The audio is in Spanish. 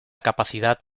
capacidad